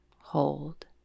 Hold